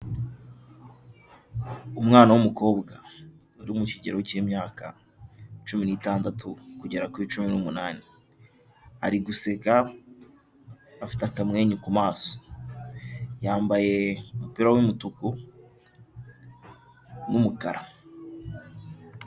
Umwana w'umukobwa uri mu kigero cy'imyaka cumi n'itandatu kugera kuri cumi n'umunani, ari guseka afite akamwenyu ku maso yambaye umupira w'umutuku n'umukara.